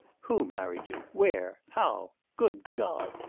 who married you? where? how? good god!